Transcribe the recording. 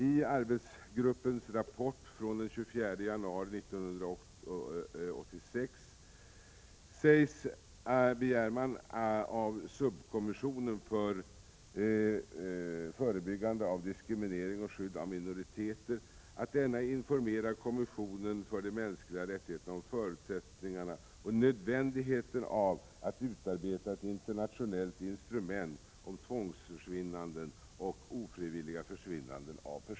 I arbetsgruppens rapport från den 24 januari 1986 begär man av Subkommissionen för förebyggande av diskriminering och skydd av minoriteter att denna informerar kommissionen för mänskliga rättigheter om förutsättningarna och nödvändigheten av att utarbeta ett internationellt instrument som kan tillämpas vid personers tvångsförsvinnanden och ofrivilliga försvinnanden.